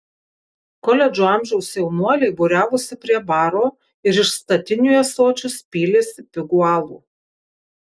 koledžo amžiaus jaunuoliai būriavosi prie baro ir iš statinių į ąsočius pylėsi pigų alų